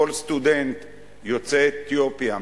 כל סטודנט יוצא אתיופיה,